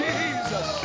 Jesus